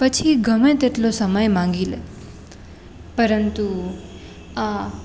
પછી ગમે તેટલો સમય માંગી લે પરંતુ આ